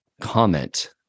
comment